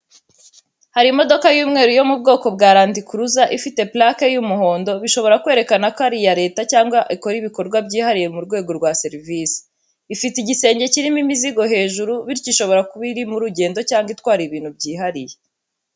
Hari imodoka y’umweru yo mu bwoko bwa randi kuruza ifite plaque y’umuhondo bishobora kwerekana ko ari iya Leta cyangwa ikora ibikorwa byihariye mu rwego rwa serivisi. Ifite igisenge cyirimo imizigo hejuru bityo ishobora kuba iri mu rugendo cyangwa itwara ibintu byihariye.